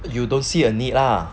you don't see a need lah